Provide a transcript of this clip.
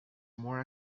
more